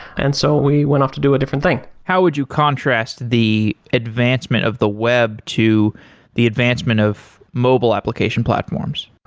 and so we went off to do a different thing how would you contrast the advancement of the web to the advancement of mobile application platforms?